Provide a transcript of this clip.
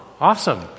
Awesome